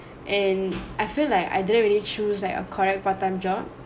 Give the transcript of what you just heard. and I feel like I didn't really choose like a correct part time job